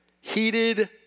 heated